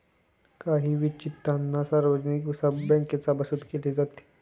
काही वंचितांना सार्वजनिक बँकेत सभासद केले जाते